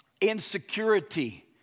insecurity